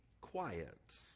quiet